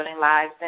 Lives